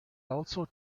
also